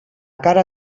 cara